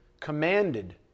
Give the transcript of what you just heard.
commanded